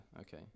okay